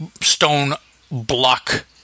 stone-block